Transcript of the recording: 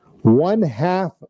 one-half